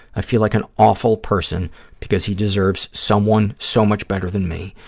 i feel like an awful person because he deserves someone so much better than me.